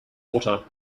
water